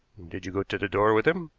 did you go to the door with him?